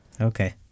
Okay